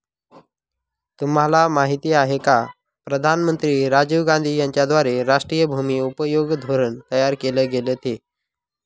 तुम्हाला माहिती आहे का प्रधानमंत्री राजीव गांधी यांच्याद्वारे राष्ट्रीय भूमि उपयोग धोरण तयार केल गेलं ते?